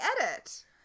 edit